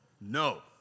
No